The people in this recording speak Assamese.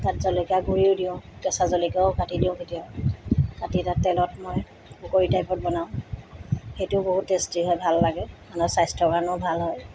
তাত জলকীয়া গুড়িও দিওঁ কেঁচা জলকীয়াও কাটি দিওঁ তেতিয়া কাটি তাত তেলত মই পকৰি টাইপত বনাওঁ সেইটো বহুত টেষ্টি হয় ভাল লাগে মানে স্বাস্থ্যৰ কাৰণেও ভাল হয়